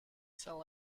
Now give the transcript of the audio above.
sell